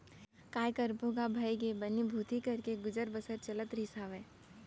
काय करबो गा भइगे बनी भूथी करके गुजर बसर चलत रहिस हावय